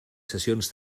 sessions